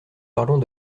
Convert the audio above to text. parlons